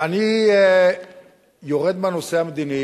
אני יורד מהנושא המדיני